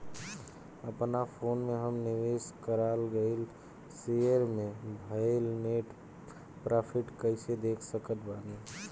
अपना फोन मे हम निवेश कराल गएल शेयर मे भएल नेट प्रॉफ़िट कइसे देख सकत बानी?